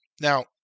Now